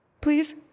please